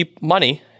money